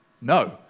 no